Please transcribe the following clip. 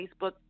facebook